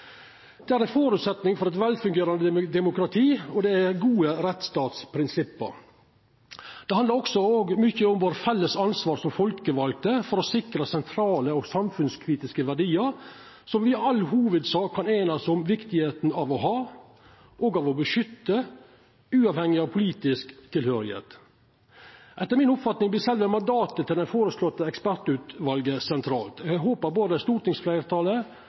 Det er ein føresetnad for eit velfungerande demokrati, og det er gode rettsstatsprinsipp. Det handlar òg mykje om vårt felles ansvar som folkevalde for å sikra sentrale og samfunnskritiske verdiar som me i all hovudsak kan einast om viktigheita av å ha og av å beskytta, uavhengig av politisk tilhøyrsle. Etter mi oppfatning vert sjølve mandatet til det føreslåtte ekspertutvalet sentralt. Eg håpar både stortingsfleirtalet